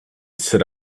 stood